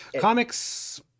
comics